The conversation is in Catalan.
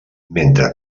mentre